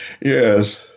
Yes